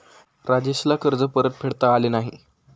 राजेशला कर्ज परतफेडता आले नाही